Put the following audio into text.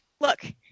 Look